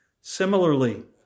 Similarly